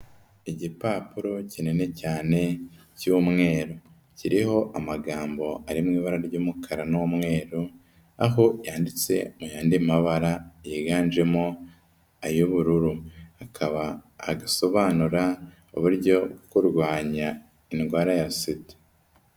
Igipapuro kinini cyane cy'umweru, kiriho amagambo ari mu ibara ry'umukara n'umweru aho yanditse mu yandi mabara yiganjemo ay'ubururu, akaba agasobanura uburyo bwo kurwanya indwara ya SIDA.